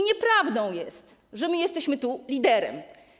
Nieprawdą jest, że my jesteśmy tu liderem.